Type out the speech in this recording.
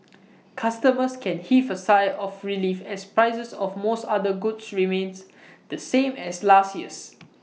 customers can heave A sigh of relief as prices of most other goods remains the same as last year's